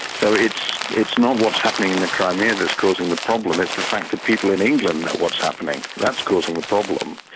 so it's it's not what's happening in the crimea that's causing the problem, it's the fact that people in england know what's happening. that's causing the problem.